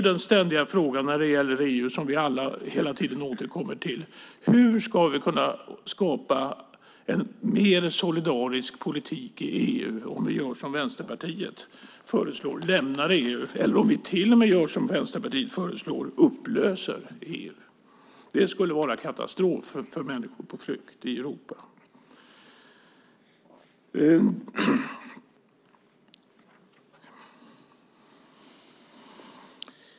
Den ständiga frågan när det gäller EU som vi hela tiden återkommer till är: Hur ska vi kunna skapa en mer solidarisk politik om vi gör som Vänsterpartiet föreslår och lämnar EU, eller om vi gör som Vänsterpartiet föreslår och till och med upplöser EU? Det skulle vara katastrof för människor på flykt i Europa.